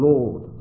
Lord